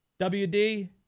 WD